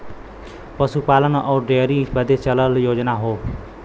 पसूपालन अउर डेअरी बदे चलल योजना हौ